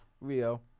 Rio